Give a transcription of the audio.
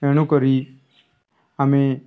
ଏଣୁ କରି ଆମେ